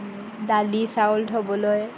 দালি চাউল থ'বলৈ